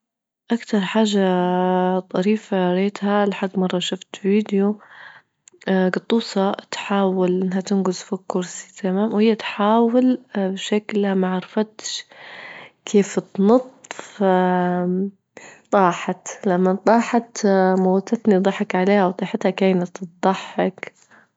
أكثر حاجة طريفة رأيتها لحد مرة شفت فيديو جد توص- تحاول إنها تنجص فوج كرسي تمام؟ وهي تحاول بشكلها ما عرفتش كيف تنط ف طاحت، لمن طاحت موتتني ضحك عليها، وطيحتها كانت تضحك.